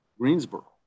greensboro